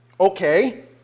Okay